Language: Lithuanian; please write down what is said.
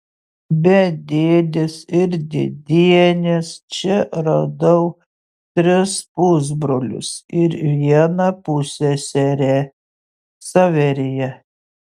be dėdės ir dėdienės čia radau tris pusbrolius ir vieną pusseserę ksaveriją